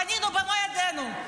בנינו במו ידינו.